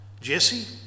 Jesse